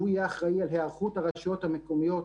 שהוא יהיה אחראי על היערכות הרשויות המקומיות